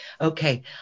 Okay